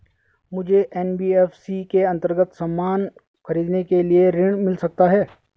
मुझे एन.बी.एफ.सी के अन्तर्गत सामान खरीदने के लिए ऋण मिल सकता है?